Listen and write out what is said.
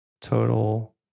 total